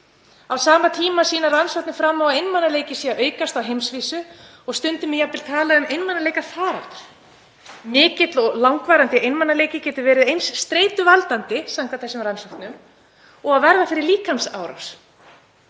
Á sama tíma sýna rannsóknir fram á að einmanaleiki sé að aukast á heimsvísu og stundum er jafnvel talað um einmanaleikafaraldur. Mikill og langvarandi einmanaleiki getur verið eins streituvaldandi samkvæmt þessum rannsóknum og að verða fyrir líkamsárás